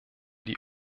die